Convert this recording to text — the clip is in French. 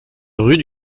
rue